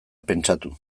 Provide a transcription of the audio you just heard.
pentsatu